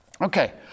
Okay